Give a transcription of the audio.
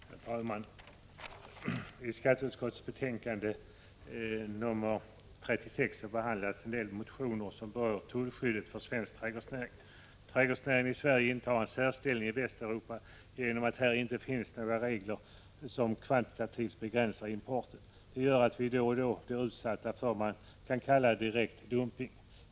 Herr talman! I skatteutskottets betänkande nr 36 behandlas en del motioner som berör tullskyddet för svensk trädgårdsnäring. Trädgårdsnäringen i Sverige intar en särställning i Västeuropa, eftersom det här inte finns några regler som kvantitativt begränsar importen. Detta gör att vi då och då blir utsatta för vad man kan kalla direkt dumpning.